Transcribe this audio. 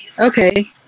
Okay